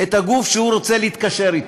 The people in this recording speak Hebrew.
את הגוף שהוא רוצה להתקשר אתו.